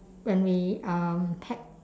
when we um pack